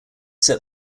set